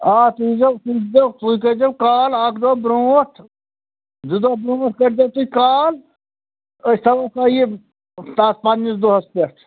آ تُہۍ ییٖزیٚو تُہۍ ییٖزیٚو تُہۍ کٔرۍزیٚو کال اَکھ دۄہ برٛونٛٹھ زٕ دۄہ برٛونٛٹھ کٔرۍزیٚو تُہۍ کال أسۍ تھاوَو تۄہہِ یہِ تتھ پَنہٕ نِس دۅہَس پٮ۪ٹھ